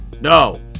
no